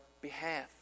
behalf